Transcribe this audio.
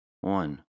one